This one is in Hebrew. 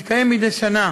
מתקיים מדי שנה